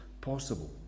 possible